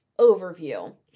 overview